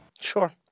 Sure